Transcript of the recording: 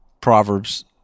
Proverbs